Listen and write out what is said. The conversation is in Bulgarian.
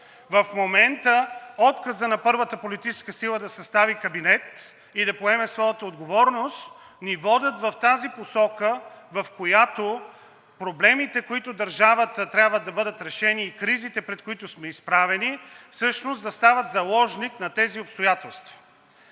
В момента отказът на първата политическа сила да състави кабинет и да поеме своята отговорност ни води в тази посока, в която проблемите, които в държавата трябва да бъдат решени, и кризите, пред които сме изправени, всъщност да застават заложник на тези обстоятелства.